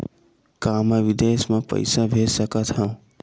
का मैं विदेश म पईसा भेज सकत हव?